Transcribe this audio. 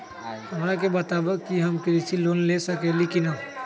हमरा के बताव कि हम कृषि लोन ले सकेली की न?